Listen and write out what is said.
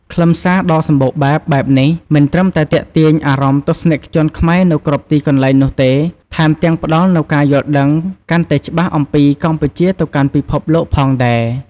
ខ្លឹមសារដ៏សម្បូរបែបបែបនេះ មិនត្រឹមតែទាក់ទាញអារម្មណ៍ទស្សនិកជនខ្មែរនៅគ្រប់ទីកន្លែងនោះទេ ថែមទាំងផ្តល់នូវការយល់ដឹងកាន់តែច្បាស់អំពីកម្ពុជាទៅកាន់ពិភពលោកផងដែរ។